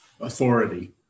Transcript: authority